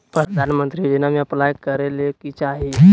प्रधानमंत्री योजना में अप्लाई करें ले की चाही?